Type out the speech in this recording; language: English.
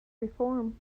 reform